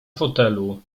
fotelu